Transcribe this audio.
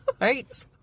Right